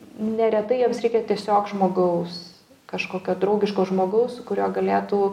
neretai jiem reikia tiesiog žmogaus kažkokio draugiško žmogaus su kuriuo galėtų